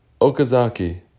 Okazaki